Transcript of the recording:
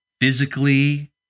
physically